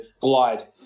glide